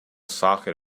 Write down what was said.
socket